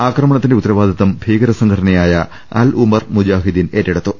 ആക്രമണത്തിന്റെ ഉത്തരവാദിത്വം ഭീകരസംഘടനയായ അൽ ഉമർ മുജാഹിദ്ദീൻ ഏറ്റെടുത്തു